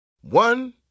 One